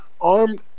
armed